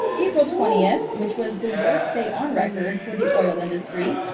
april twentieth, which was the worst day on record for the oil industry.